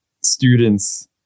students